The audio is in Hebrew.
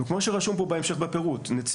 כמו שרשום פה בהמשך בפירוט,